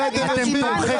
אתה מבין,